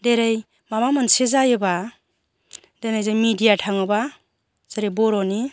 देरै माबा मोनसे जायोबा दिनै जों मिडिया थाङोबा जेरै बर'नि